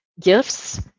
gifts